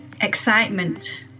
excitement